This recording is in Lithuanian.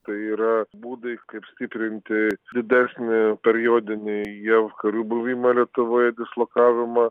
tai yra būdai kaip stiprinti didesnį periodinį jav karių buvimą lietuvoje dislokavimą